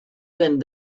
and